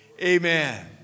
Amen